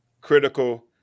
critical